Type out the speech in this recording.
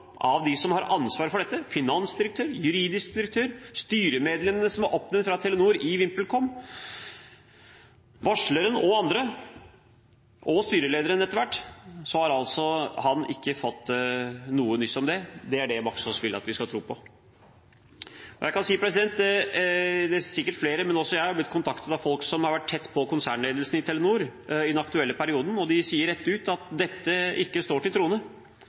av de m som har ansvaret for dette, visste – finansdirektør, juridisk direktør, styremedlemmene som er oppnevnt fra Telenor i VimpelCom, varsleren og andre, og etter hvert styrelederen – men at han ikke har fått noe nyss om det. Det er det Baksaas vil at vi skal tro på. Sikkert flere, men også jeg, er blitt kontaktet av folk som har vært tett på konsernledelsen i Telenor i den aktuelle perioden, og de sier rett ut at dette ikke står til